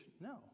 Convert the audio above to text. No